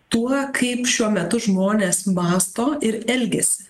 tuo kaip šiuo metu žmonės mąsto ir elgiasi